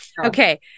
Okay